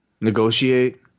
Negotiate